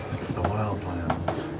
that's the wildlands.